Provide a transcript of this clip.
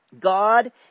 God